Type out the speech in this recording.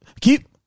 keep